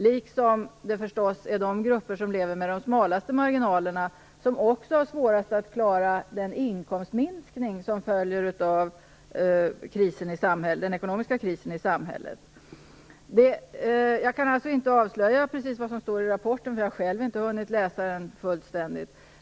Det är förstås också de grupper som lever med de smalaste marginalerna som har det svårast att klara den inkomstminskning som följer av den ekonomiska krisen i samhället. Jag kan alltså inte avslöja precis vad som står i rapporten. Jag har själv inte hunnit läsa den fullständigt.